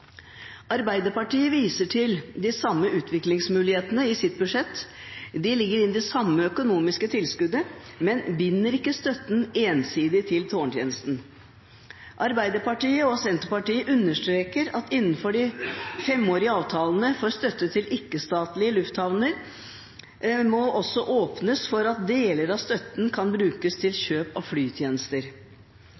Arbeiderpartiet viser til de samme utviklingsmulighetene i sitt budsjett. De legger inn det samme økonomiske tilskuddet, men binder ikke støtten ensidig til tårntjenesten. Arbeiderpartiet og Senterpartiet understreker at innenfor de femårige avtalene for støtte til ikke-statlige lufthavner må det også åpnes for at deler av støtten kan brukes til